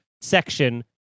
section